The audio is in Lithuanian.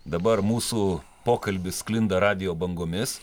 dabar mūsų pokalbis sklinda radijo bangomis